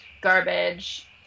garbage